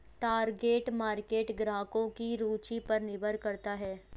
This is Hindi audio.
टारगेट मार्केट ग्राहकों की रूचि पर निर्भर करता है